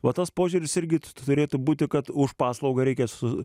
vat tas požiūris irgi turėtų būti kad už paslaugą reikia su